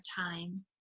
time